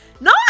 no